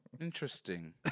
Interesting